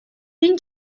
این